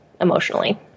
emotionally